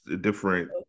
different